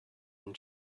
and